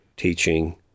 teaching